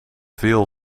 veel